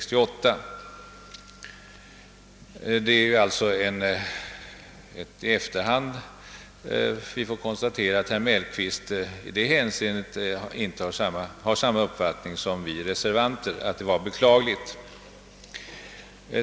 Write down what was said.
Det är alltså först i efterhand vi nu får konstatera att herr Mellqvist delar reservanternas uppfattning att detta var beklagligt.